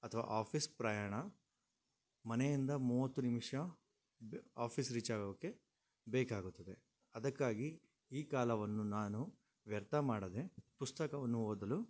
ಅಥವಾ ಆಫೀಸ್ ಪ್ರಯಾಣ ಮನೆಯಿಂದ ಮೂವತ್ತು ನಿಮಿಷ ಬೆ ಆಫೀಸ್ ರೀಚ್ ಆಗೋಕೆ ಬೇಕಾಗುತ್ತದೆ ಅದಕ್ಕಾಗಿ ಈ ಕಾಲವನ್ನು ನಾನು ವ್ಯರ್ಥ ಮಾಡದೆ ಪುಸ್ತಕವನ್ನು ಓದಲು